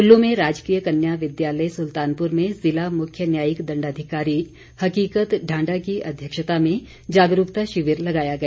कुल्लू में राजकीय कन्या विद्यालय सुल्तानपुर में जिला मुख्य न्यायिक दण्डाधिकारी हकीकत ढांडा की अध्यक्षता में जागरूकता शिविर लगाया गया